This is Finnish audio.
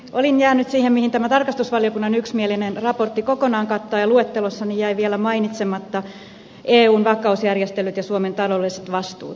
olin jäänyt siihen minkä tämä tarkastusvaliokunnan yksimielinen raportti kokonaan kattaa ja luettelossani jäivät vielä mainitsematta eun vakausjärjestelyt ja suomen taloudelliset vastuut